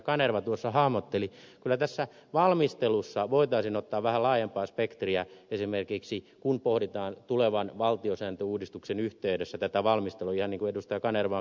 kanerva tuossa hahmotteli kyllä tässä valmistelussa voitaisiin ottaa vähän laajempaa spektriä kun esimerkiksi pohditaan tulevan valtiosääntöuudistuksen yhteydessä tätä valmistelua ihan niin kuin ed